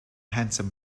handsome